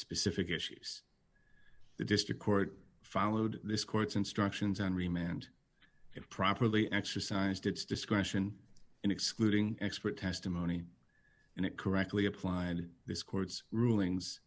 specific issues the district court followed this court's instructions on remand it properly exercised its discretion in excluding expert testimony and it correctly applied this court's rulings